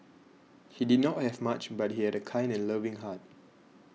he did not have much but he had a kind and loving heart